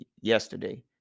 yesterday